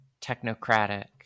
technocratic